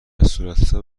صورتحساب